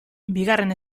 bigarren